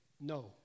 no